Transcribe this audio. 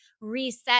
reset